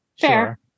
Fair